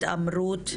התעמרות,